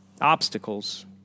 obstacles